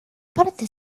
parte